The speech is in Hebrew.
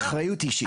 אחריות אישית.